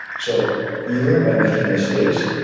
so you learn by making mistakes.